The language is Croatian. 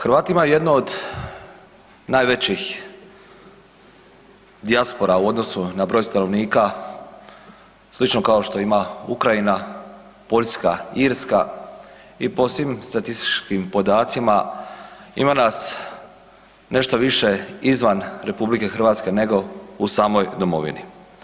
Hrvati imaju jednu od najvećih dijaspora u odnosu na broj stanovnika, slično kao što ima Ukrajina, Poljska, Irska i po svim statističkim podacima, ima nas nešto više izvan RH nego u samoj domovini.